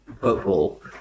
football